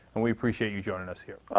and we appreciate you joining us here.